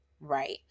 right